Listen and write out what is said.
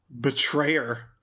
Betrayer